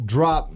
Drop